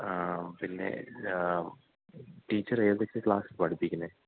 ആ പിന്നെ ടീച്ചർ ഏതൊക്കെ ക്ലാസ്സിൽ പഠിപ്പിക്കുന്നത്